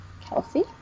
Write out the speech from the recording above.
Kelsey